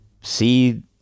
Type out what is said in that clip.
see